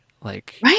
Right